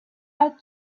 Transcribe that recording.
out